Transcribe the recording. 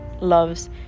loves